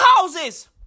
houses